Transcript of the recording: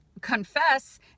confess